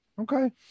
Okay